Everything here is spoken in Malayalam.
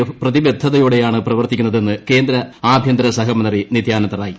എഫ് പ്രതിബദ്ധതയോടെ യാണ് പ്രവർത്തിക്കുന്നതെന്ന് കേന്ദ്ര ആഭ്യന്തര സഹമന്ത്രി നിത്യാനന്ദറായ്